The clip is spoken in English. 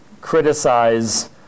criticize